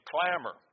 clamor